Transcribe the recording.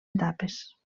etapes